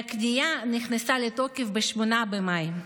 והכניעה נכנסה לתוקף ב-8 במאי.